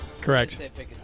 Correct